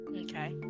Okay